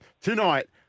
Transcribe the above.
Tonight